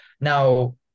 now